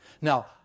Now